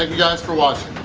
and guys for watching!